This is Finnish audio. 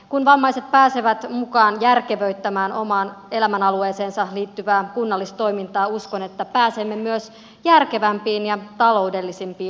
kun vammaiset pääsevät mukaan järkevöittämään omaan elämänalueeseensa liittyvää kunnallistoimintaa uskon että pääsemme myös järkevämpiin ja taloudellisempiin ratkaisuihin